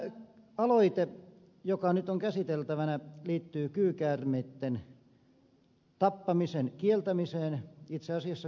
tämä aloite joka nyt on käsiteltävänä liittyy kyykäärmeitten tappamisen kieltämiseen itse asiassa kyykäärmeitten suojeluun